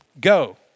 go